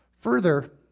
Further